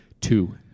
two